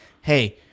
hey